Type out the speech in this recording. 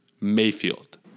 Mayfield